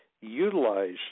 utilize